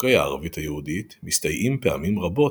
חוקרי הערבית היהודית מסתייעים פעמים רבות